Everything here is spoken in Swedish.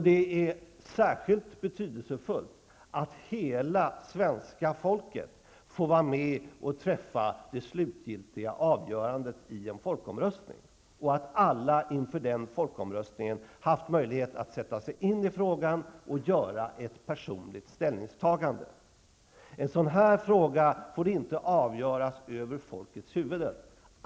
Det är särskilt betydelsefullt att hela svenska folket får vara med om att träffa det slutgiltiga avgörandet i en folkomröstning, och att alla inför den folkomröstningen haft möjlighet att sätta sig in i frågan och göra ett personligt ställningstagande. En sådan här fråga får inte avgöras över folkets huvuden.